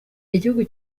igihugu